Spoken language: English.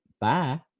Bye